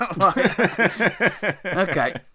okay